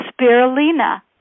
Spirulina